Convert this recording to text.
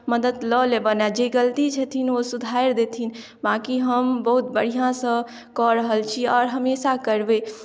मदद लऽ लेबनि आ जे गलती छथिन ओ सुधारि देथिन बाँकी हम बहुत बढ़िऑं सऽ कऽ रहल छी और हमेशा करबै